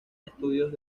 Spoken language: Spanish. estudios